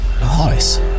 nice